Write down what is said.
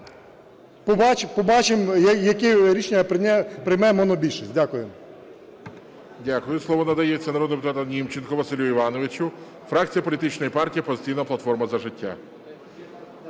побачимо, яке рішення прийме монобільшість. Дякую. ГОЛОВУЮЧИЙ. Дякую. Слово надається народному депутату Німченку Василю Івановичу, фракція політичної партії "Опозиційна платформа – За життя".